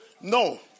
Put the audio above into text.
No